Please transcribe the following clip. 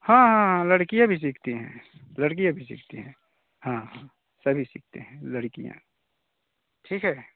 हाँ हाँ हाँ लड़कियाँ भी सीखती हैं लड़कियाँ भी सीखती है हाँ हाँ सभी सीखते हैं लड़कियाँ ठीक है